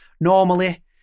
normally